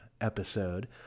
episode